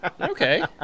Okay